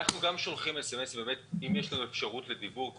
אנחנו גם שולחים סמס אם יש לנו אפשרות לדיוור.